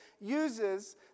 uses